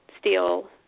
steel